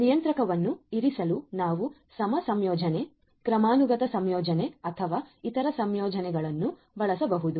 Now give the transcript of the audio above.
ನಿಯಂತ್ರಕವನ್ನು ಇರಿಸಲು ನಾವು ಸಮ ಸಂಯೋಜನೆ ಕ್ರಮಾನುಗತ ಸಂಯೋಜನೆ ಅಥವಾ ಇತರ ಸಂಯೋಜನೆಗಳನ್ನು ಬಳಸಬಹುದೇ